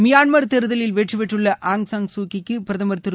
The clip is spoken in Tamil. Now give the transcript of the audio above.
மியான்மர் தேர்தலில் வெற்றி பெற்றுள்ள ஆங்சாங் சூ கீ க்கு பிரதமர் திரு